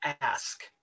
ask